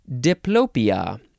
diplopia